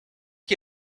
qui